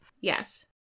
Yes